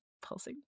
pulsing